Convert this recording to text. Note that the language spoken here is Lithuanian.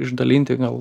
išdalinti gal